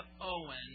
Owen